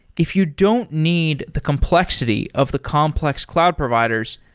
if you don't need the complexity of the complex cloud providers,